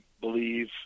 believe